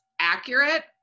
accurate